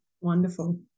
wonderful